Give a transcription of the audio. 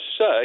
say